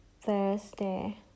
Thursday